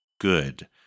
good